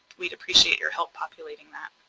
we'd appreciate your help populating that.